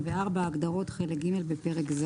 64.הגדרות פרק ג' - בפרק זה